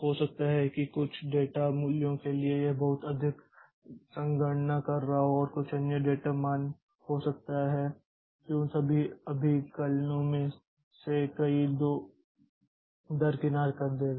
हो सकता है कि कुछ डेटा मूल्यों के लिए यह बहुत अधिक संगणना कर रहा हो और कुछ अन्य डेटा मान हो सकता है कि यह उन अभिकलनों में से कई को दरकिनार कर देगा